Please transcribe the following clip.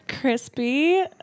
crispy